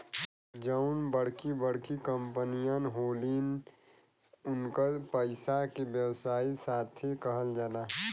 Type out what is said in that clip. जउन बड़की बड़की कंपमीअन होलिन, उन्कर पइसा के व्यवसायी साशी कहल जाला